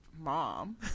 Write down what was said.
mom